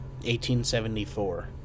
1874